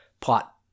plot